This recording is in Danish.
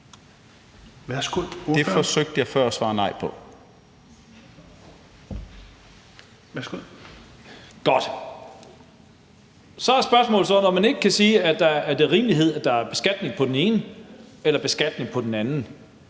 Lars Boje Mathiesen (NB): Godt. Så er spørgsmålet så, når man ikke kan sige, at der er rimelighed i, at der er beskatning på den ene, men ikke beskatning på den anden,